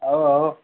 आओ आओ